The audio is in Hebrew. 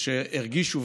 או שהרגישו,